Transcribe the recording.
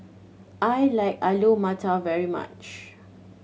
I like Alu Matar very much